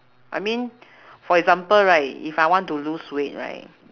I mean for example right if I want to lose weight right